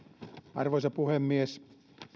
arvoisa puhemies